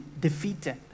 defeated